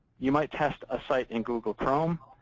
you might test a site in google chrome,